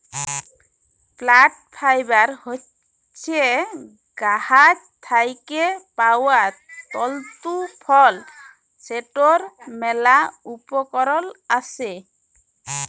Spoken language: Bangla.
প্লাল্ট ফাইবার হছে গাহাচ থ্যাইকে পাউয়া তল্তু ফল যেটর ম্যালা উপকরল আসে